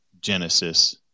Genesis